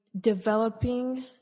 developing